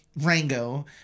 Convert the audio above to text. Rango